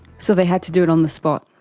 so they had to do it on the spot.